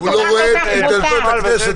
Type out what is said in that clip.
אבל אם יהיה דיון ראשוני בוועדה,